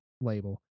label